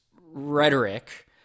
rhetoric